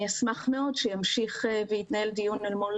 אני אשמח מאוד שימשיך ויתנהל דיון אל מול